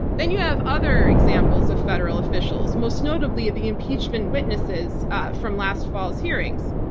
then you have other examples of federal officials, most notably the impeachment witnesses from last fall's hearings.